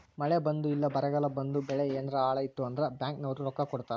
ಮಳೆ ಬಂದು ಇಲ್ಲ ಬರಗಾಲ ಬಂದು ಬೆಳೆ ಯೆನಾರ ಹಾಳಾಯ್ತು ಅಂದ್ರ ಬ್ಯಾಂಕ್ ನವ್ರು ರೊಕ್ಕ ಕೊಡ್ತಾರ